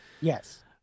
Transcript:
yes